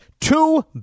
two